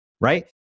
Right